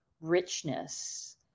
richness